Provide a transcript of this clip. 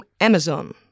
Amazon